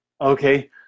Okay